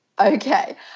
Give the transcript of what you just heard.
Okay